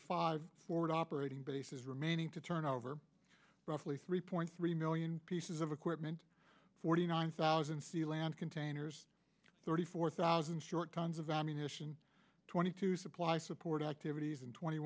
five forward operating bases remaining to turn over roughly three point three million pieces of equipment forty nine thousand sealand containers thirty four thousand short tons of ammunition twenty two supply support activities and twenty